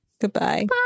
Goodbye